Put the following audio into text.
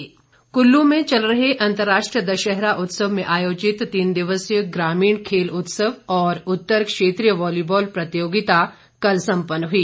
गोविंद ठाकुर कुल्लू में चल रहे अंतरराष्ट्रीय दशहरा उत्सव में आयोजित तीन दिवसीय ग्रामीण खेल उत्सव और उत्तर क्षेत्रीय वॉलीबॉल प्रतियोगिता कल सम्पन्न हुई